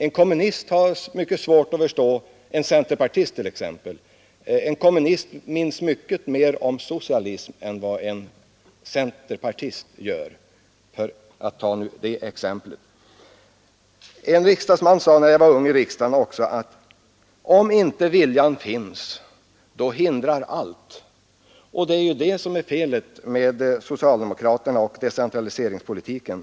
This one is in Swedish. En kommunist har mycket svårt att förstå en centerpartist, och en socialist minns mycket mer om socialism än vad t.ex. en centerpartist gör, för att nu ta ett exempel. En riksdagsman sade när jag var ung i riksdagen: Om inte viljan finns, då hindrar allt. Det är detta som är felet med socialdemokraterna och decentraliseringspolitiken.